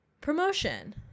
promotion